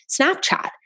Snapchat